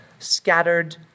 Scattered